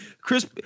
Chris